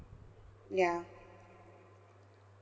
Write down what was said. yeah